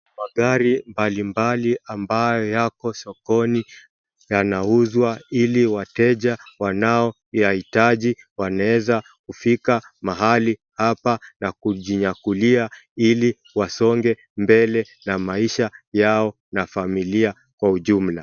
Magari mbalimabli ambayo yako sokoni yanauzwa ili wateja wanaoyahitakji wanaeza kufika mahali hapa na kujinyakulia ili wasonge mbele na maisha yao na familia kwa ujumla.